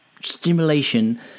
stimulation